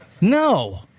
No